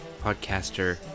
podcaster